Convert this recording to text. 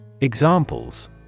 Examples